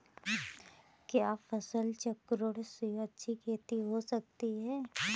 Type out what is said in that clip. क्या फसल चक्रण से अच्छी खेती हो सकती है?